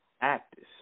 actors